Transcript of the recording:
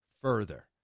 further